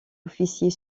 officier